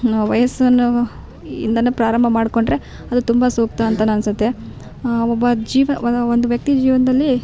ವಯಸ್ಸನ್ನು ಇಂದ ಪ್ರಾರಂಭ ಮಾಡ್ಕೊಂಡರೆ ಅದು ತುಂಬ ಸೂಕ್ತ ಅಂತಲೂ ಅನಿಸುತ್ತೆ ಒಬ್ಬ ಜೀವ ಒಂದು ವ್ಯಕ್ತಿ ಜೀವನದಲ್ಲಿ